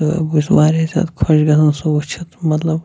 تہٕ بہٕ چھُس واریاہ زیادٕ خۄش گَژھَان سُہ وٕچھِتھ مَطلب